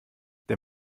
der